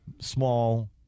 small